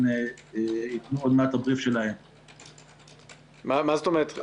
מה זאת אומרת?